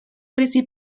calles